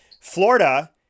Florida